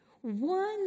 one